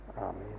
Amen